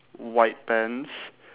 white pants